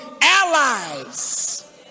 allies